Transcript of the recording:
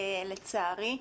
לצערי.